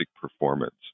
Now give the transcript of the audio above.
performance